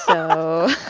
oh,